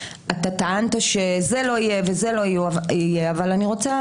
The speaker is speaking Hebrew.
טענת שזה לא יהיה וזה לא יהיה ואני רוצה